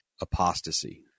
apostasy